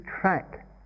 track